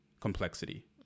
complexity